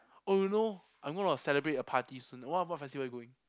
oh you know I'm gonna celebrate a party soon what what festival are you going